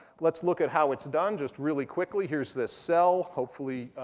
let's look at how it's done just really quickly. here's this cell. hopefully,